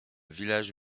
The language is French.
village